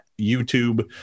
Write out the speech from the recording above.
YouTube